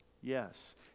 Yes